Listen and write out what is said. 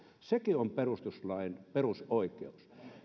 sekin on perustuslain perusoikeus